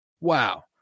Wow